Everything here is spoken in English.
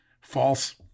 false